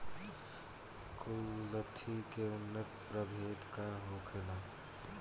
कुलथी के उन्नत प्रभेद का होखेला?